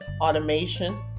automation